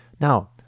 Now